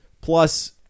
plus